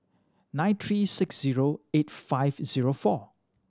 nine three six zero eight five zero four